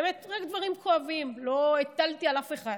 באמת, רק דברים כואבים, לא הטלתי על אף אחד.